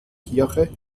kirche